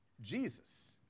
Jesus